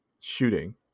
Shooting